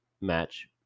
match